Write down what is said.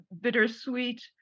bittersweet